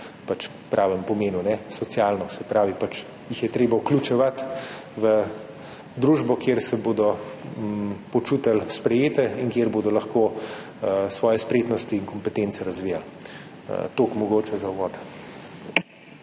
v pravem pomenu, socialno. Se pravi, jih je treba vključevati v družbo, kjer se bodo počutili sprejete in kjer bodo lahko svoje spretnosti in kompetence razvijali. Toliko mogoče za uvod.